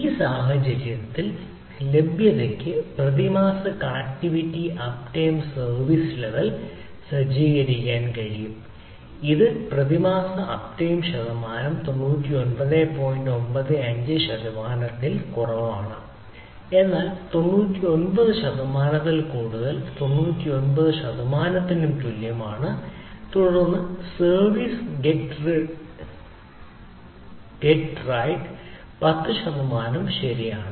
ഈ സാഹചര്യത്തിൽ ലഭ്യതയ്ക്ക് പ്രതിമാസ connectivity up time service level 10 ശതമാനം ശരിയാണ്